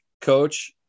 coach